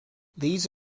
these